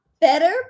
better